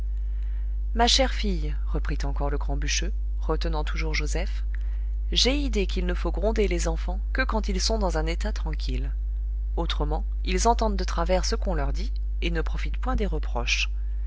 ma chère fille reprit encore le grand bûcheux retenant toujours joseph j'ai idée qu'il ne faut gronder les enfants que quand ils sont dans un état tranquille autrement ils entendent de travers ce qu'on leur dit et ne profitent point des reproches